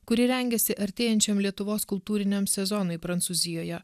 kuri rengiasi artėjančiam lietuvos kultūriniam sezonui prancūzijoje